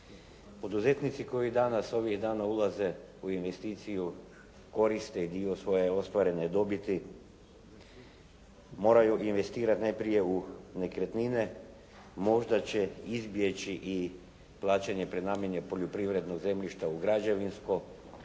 Poduzetnici koji danas, ovih dana ulaze u investiciju koriste dio svoje ostvarene dobiti moraju investirati najprije u nekretnine, možda će izbjeći i plaćanje prenamjene poljoprivrednog zemljišta u građevinsko,